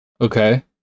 Okay